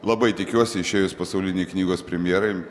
labai tikiuosi išėjus pasaulinei knygos premjerai